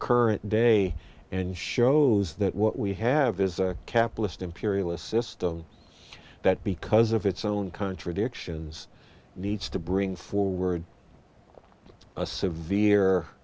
current day and shows that what we have is a capitalist imperialist system that because of its own contradictions needs to bring forward a severe